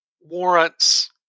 warrants